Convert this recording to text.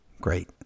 great